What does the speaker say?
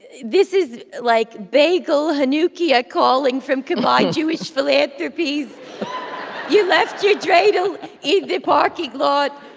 this is, like, bagel hanukkia calling from combined jewish philanthropies you left your dreidel in the parking lot